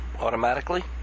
automatically